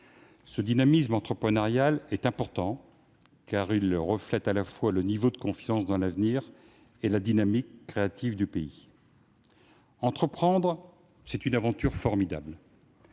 Ce dynamisme entrepreneurial est important, car il reflète à la fois le niveau de confiance dans l'avenir et la dynamique créative du pays. Entreprendre, c'est une aventure formidable,